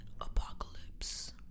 Apocalypse